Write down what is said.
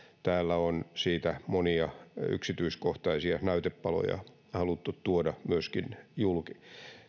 täällä on siitä monia yksityiskohtaisia näytepaloja haluttu tuoda julki